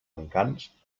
encants